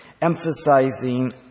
emphasizing